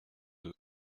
deux